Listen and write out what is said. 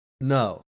no